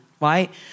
right